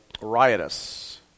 riotous